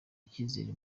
icyizere